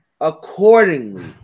accordingly